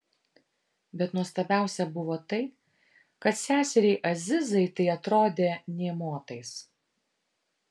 bet nuostabiausia buvo tai kad seseriai azizai tai atrodė nė motais